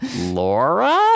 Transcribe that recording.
Laura